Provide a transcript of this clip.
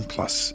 Plus